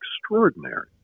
extraordinary